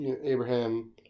Abraham